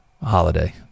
holiday